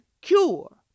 cure